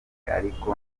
ariko